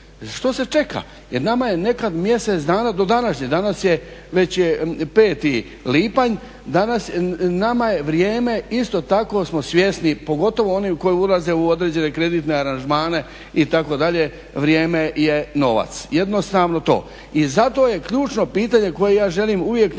što se čega? Jer nama je nekad mjesec dana do …, danas je, već je 05. lipanj danas nama je vrijeme isto tako smo svjesni pogotovo oni koji ulaze u određene kreditne aranžmane itd. vrijeme je novac, jednostavno to. I zato je ključno pitanje koje ja želim uvijek naglasiti